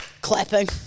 clapping